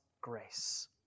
grace